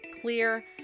clear